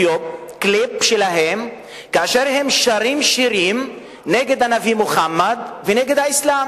קליפ שלהם כאשר הם שרים שירים נגד הנביא מוחמד ונגד האסלאם: